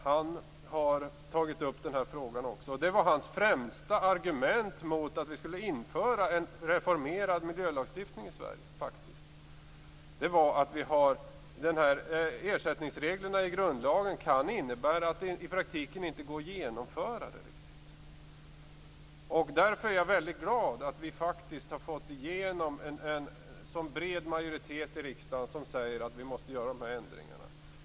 Han har också tagit upp denna fråga. Hans främsta argument mot att vi skulle införa en reformerad miljölagstiftning i Sverige var att ersättningsreglerna i grundlagen kan innebära att det i praktiken inte går att genomföra detta. Därför är jag mycket glad över att vi faktiskt har fått igenom en så bred majoritet i riksdagen som säger att vi måste göra dessa ändringar.